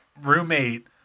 roommate